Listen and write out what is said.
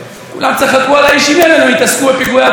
על מי אתם מנסים לעבוד?